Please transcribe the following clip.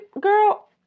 girl-